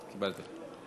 קיבלתי.